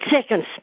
seconds